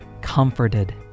comforted